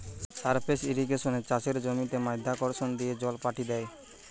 surface ইর্রিগেশনে চাষের জমিতে মাধ্যাকর্ষণ দিয়ে জল পাঠি দ্যায়